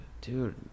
dude